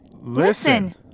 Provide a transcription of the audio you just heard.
Listen